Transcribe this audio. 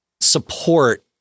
support